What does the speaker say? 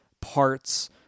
parts